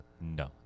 No